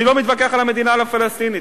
אני לא מתווכח על המדינה הפלסטינית,